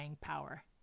power